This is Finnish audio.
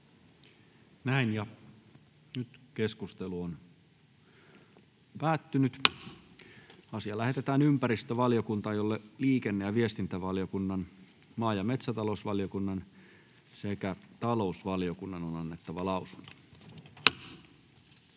asia. Puhemiesneuvosto ehdottaa, että asia lähetetään ympäristövaliokuntaan, jolle liikenne- ja viestintävaliokunnan, maa- ja metsätalousvaliokunnan ja talousvaliokunnan on annettava lausunto.